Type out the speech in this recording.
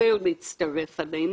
להצטרף אלינו.